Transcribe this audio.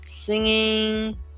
Singing